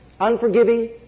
unforgiving